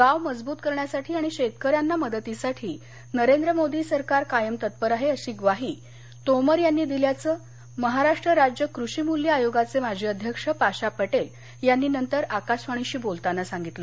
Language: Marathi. गाव मजब्रत करण्यासाठी आणि शेतकऱ्यांना मदतीसाठी नरेंद्र मोदी सरकार कायम तत्पर आहे अशी ग्वाही तोमर यांनी दिल्याचं महाराष्ट्र राज्य कृषी मूल्य आयोगाचे माजी अध्यक्ष पाशा पटेल यांनी नंतर आकाशवाणीशी बोलताना सांगितलं